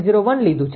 01 લીધું છે